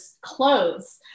clothes